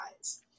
eyes